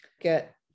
get